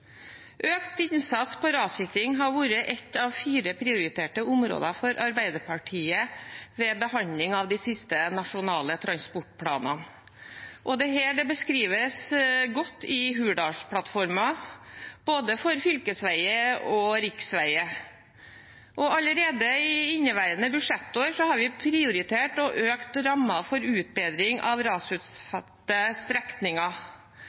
Økt innsats for rassikring har vært ett av fire prioriterte områder for Arbeiderpartiet ved behandlingen av de siste nasjonale transportplanene. Dette beskrives godt i Hurdalsplattformen, både for fylkesveier og for riksveier. Allerede i inneværende budsjettår har vi prioritert og økt rammen for utbedring av rasutsatte strekninger.